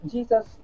Jesus